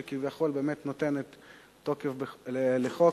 שכביכול באמת נותן תוקף לחוק.